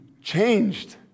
changed